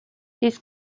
this